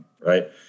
Right